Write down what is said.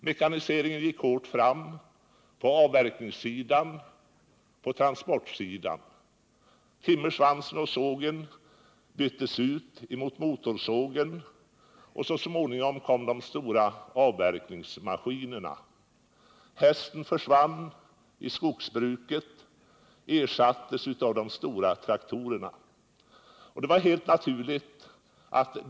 Mekaniseringen gick hårt fram på avverkningssidan och transportsidan. Timmersvansen och sågen byttes ut mot motorsågen, och så småningom kom de stora avverkningsmaskinerna. Hästen försvann i skogsbruket och ersattes av de stora traktorerna.